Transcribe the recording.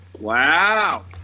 Wow